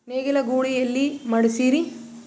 ನೇಗಿಲ ಗೂಳಿ ಎಲ್ಲಿ ಮಾಡಸೀರಿ?